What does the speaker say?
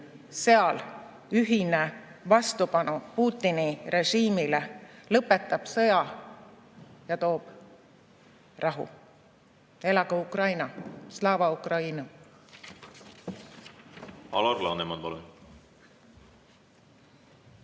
sealne ühine vastupanu Putini režiimile lõpetab sõja ja toob rahu. Elagu Ukraina! Slava Ukraini!